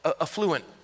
affluent